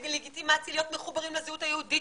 ואת הלגיטימציה להיות מחוברים לזהות היהודית